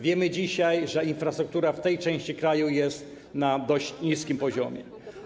Wiemy dzisiaj, że infrastruktura w tej części kraju jest na dość niskim poziomie.